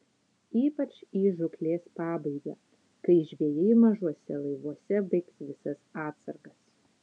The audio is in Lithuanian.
ypač į žūklės pabaigą kai žvejai mažuose laivuose baigs visas atsargas